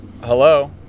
Hello